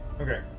Okay